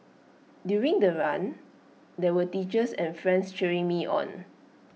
during the run there were teachers and friends cheering me on